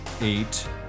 eight